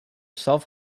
self